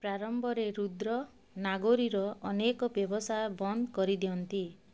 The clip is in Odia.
ପ୍ରାରମ୍ଭରେ ରୁଦ୍ର ନାଗୋରୀର ଅନେକ ବ୍ୟବସାୟ ବନ୍ଦ କରିଦିଅନ୍ତି